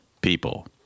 people